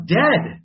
dead